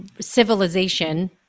civilization